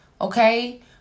okay